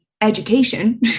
education